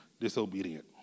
disobedient